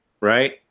right